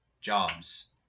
jobs